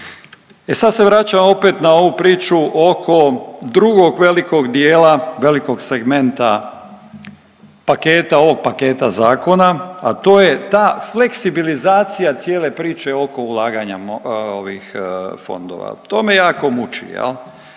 E sad se vraćam opet na ovu priču oko drugog velikog dijela, velikog segmenta paketa ovog paketa zakona a to je ta fleksibilizacija cijele priče oko ulaganja fondova. To me jako muči. Muči